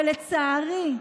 לצערי,